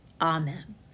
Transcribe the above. amen